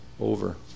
over